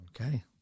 Okay